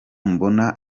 mbona